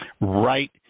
Right